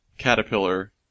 caterpillar